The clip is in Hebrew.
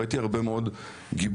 ראיתי הרבה מאוד גיבורים.